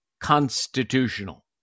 constitutional